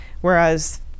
whereas